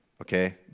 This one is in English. Okay